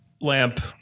lamp